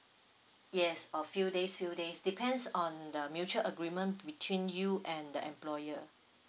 yes a few days few days depends on the mutual agreement between you and the employer